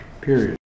period